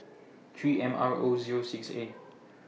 three M R O Zero six A